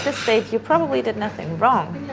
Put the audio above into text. this date you probably did nothing wrong,